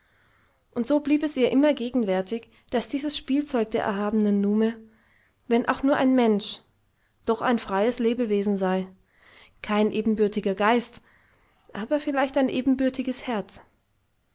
und so blieb es ihr immer gegenwärtig daß dieses spielzeug der erhabenen nume wenn auch nur ein mensch doch ein freies lebewesen sei kein ebenbürtiger geist aber vielleicht ein ebenbürtiges herz